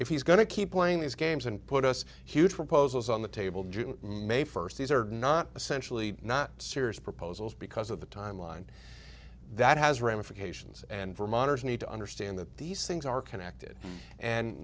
if he's going to keep playing these games and put us q two proposals on the table drew may first these are not essentially not serious proposals because of the timeline that has ramifications and vermonters need to understand that these things are connected and